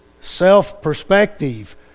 self-perspective